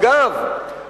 אגב,